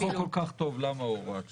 אם החוק כל כך טוב, למה הוראת שעה?